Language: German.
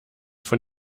von